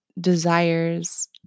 desires